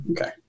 Okay